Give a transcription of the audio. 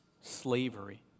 slavery